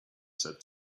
said